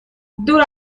دور